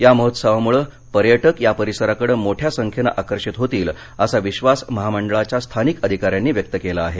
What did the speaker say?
या महोत्सवामुळे पर्यटक या परिसराकडे मोठ्या संख्येनं आकर्षित होतील असा विश्वास महामंडळाच्या स्थानिक अधिकाऱ्यांनी व्यक्त केला आहे